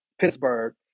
Pittsburgh